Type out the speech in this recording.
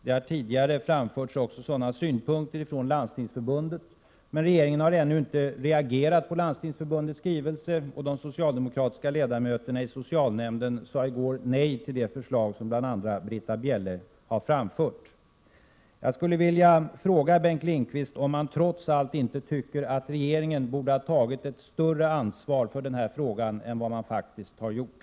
Det har tidigare framförts sådana synpunkter från Landstingsförbundet, men regeringen har ännu inte reagerat på Landstingsförbundets skrivelse och de socialdemokratiska ledamöterna i socialutskottet sade i går nej till det förslag som bl.a. Britta Bjelle framförde. Jag skulle vilja fråga Bengt Lindqvist om han trots allt inte tycker att regeringen borde ha tagit ett större ansvar för denna fråga än vad man faktiskt har gjort.